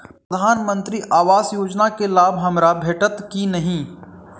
प्रधानमंत्री आवास योजना केँ लाभ हमरा भेटतय की नहि?